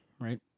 Right